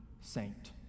saint